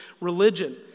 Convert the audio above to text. religion